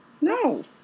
No